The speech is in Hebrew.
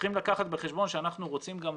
צריכים לקחת בחשבון שאנחנו רוצים גם להמליץ.